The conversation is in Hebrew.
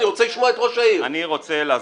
אני רוצה להסביר.